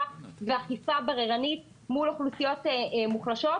ואכיפה בררנית מול אוכלוסיות מוחלשות,